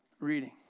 reading